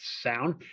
sound